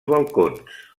balcons